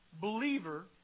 believer